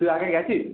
তুই আগে গেছিস